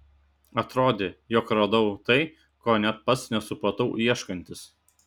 atrodė jog radau tai ko net pats nesupratau ieškantis